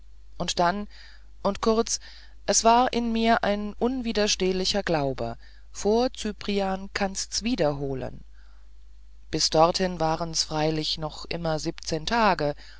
und dann und kurz es war in mir ein unwiderstehlicher glaube vor cyprian kannst's wieder holen bis dorthin waren's freilich noch immer siebzehn tage